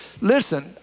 listen